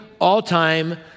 all-time